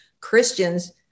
christians